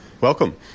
Welcome